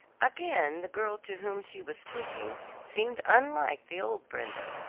again the girl to whom she was speaking seemed unlike the old brenda,